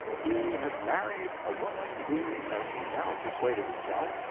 he had married a woman who, as he now persuaded himself,